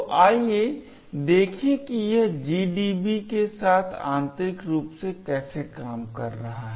तो आइए देखें कि यह GDB के साथ आंतरिक रूप से कैसे काम कर रहा है